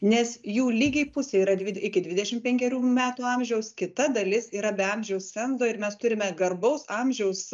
nes jų lygiai pusė yra dvi iki dvidešim penkerių metų amžiaus kita dalis yra be amžiaus cenzo ir mes turime garbaus amžiaus